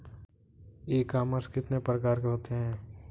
ई commerce कितने प्रकार के होते हैं?